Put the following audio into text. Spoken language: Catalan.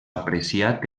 apreciat